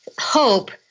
hope